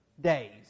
days